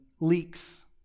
leaks